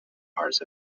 hearts